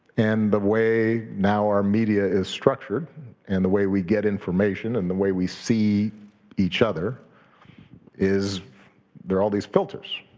and the way now our media is structured and the way we get information and the way we see each other is there are all these filters,